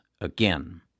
again